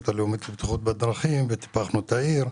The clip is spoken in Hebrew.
הלאומית לבטיחות בדרכים וטיפחנו את העיר.